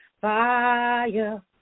Fire